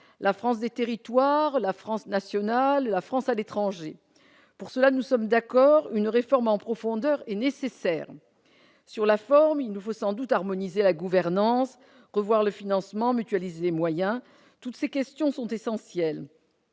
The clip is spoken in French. la France des territoires, la France nationale, la France à l'étranger. Pour cela, nous sommes d'accord, une réforme en profondeur est nécessaire. Sur la forme, il nous faut sans doute harmoniser la gouvernance, revoir le financement, mutualiser les moyens. Toutes ces questions sont essentielles.